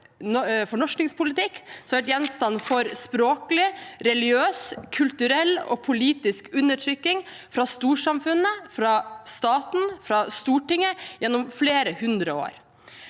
fornorskingspolitikk, som har vært gjenstand for språklig, religiøs, kulturell og politisk undertrykking fra storsamfunnet, fra staten og fra Stortinget gjennom flere hundre år.